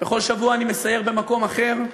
בכל שבוע אני מסייר במקום אחר.